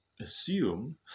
assume